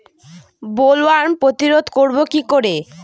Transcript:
Bollworm প্রতিরোধ করব কি করে?